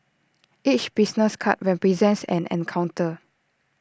each business card represents an encounter